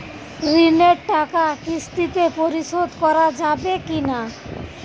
ঋণের টাকা কিস্তিতে পরিশোধ করা যাবে কি না?